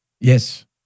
Yes